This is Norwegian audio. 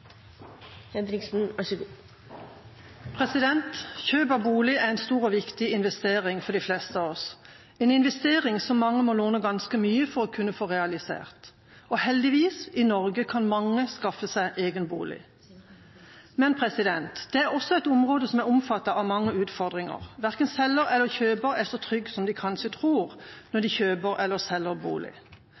viktig investering for de fleste av oss, en investering som mange må låne ganske mye til for å få realisert. Heldigvis – i Norge kan mange skaffe seg egen bolig, men det er også et område som er omfattet av mange utfordringer. Verken selger eller kjøper er så trygge som de kanskje tror, når de kjøper eller selger bolig.